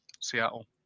Seattle